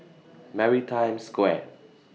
Maritime Square